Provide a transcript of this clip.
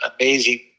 amazing